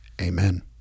Amen